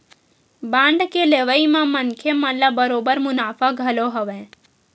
bond के लेवई म मनखे मन ल बरोबर मुनाफा घलो हवय